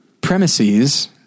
premises